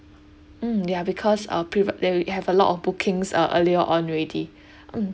mm ya because uh previo~ ya we have a lot of bookings uh earlier on already mm